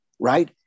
right